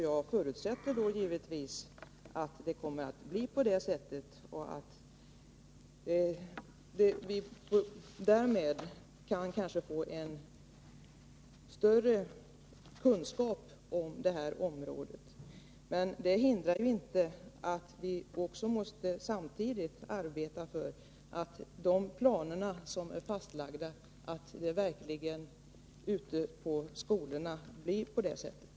Jag förutsätter då givetvis att det kommer att bli på det sättet och att vi därmed kanske kan få en större kunskap om det området. Det hindrar dock inte att vi också måste arbeta för att de planer som är fastlagda verkligen följs ute på skolorna.